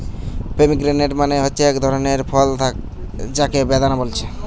pomegranate মানে হচ্ছে একটা ধরণের ফল যাকে বেদানা বলছে